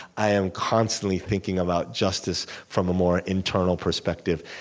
i am constantly thinking about justice from a more internal perspective.